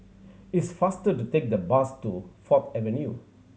it's faster to take the bus to Fourth Avenue